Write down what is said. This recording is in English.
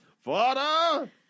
father